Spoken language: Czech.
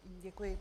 Děkuji.